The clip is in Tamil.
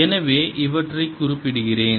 எனவே இவற்றைக் குறிப்பிடுகிறேன்